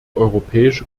europäische